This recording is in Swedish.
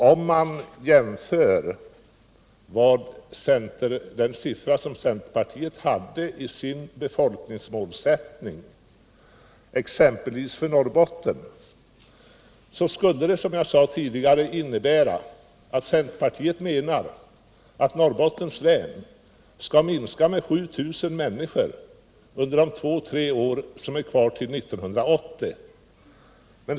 Om man jämför den siffra som centerpartiet hade i sin befolkningsmålsättning för exempelvis Norrbotten, så skulle det, som jag sade tidigare, innebära att centerpartisterna menar att Norrbottens län skall minska med 7000 människor under de två tre år som är kvar till 1980.